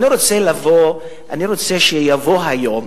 אני רוצה שיבוא היום,